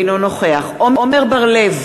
אינו נוכח עמר בר-לב,